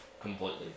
completely